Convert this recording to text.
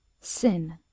Sin